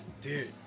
dude